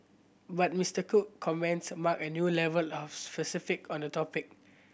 but Mister Cook comments marked a new level of specific on the topic